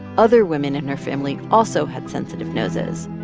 other women in her family also had sensitive noses,